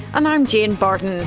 and i'm jane bardon